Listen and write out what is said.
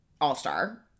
all-star